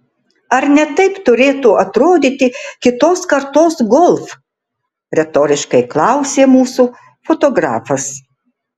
ar ne taip turėtų atrodyti kitos kartos golf retoriškai klausė mūsų fotografas